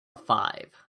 five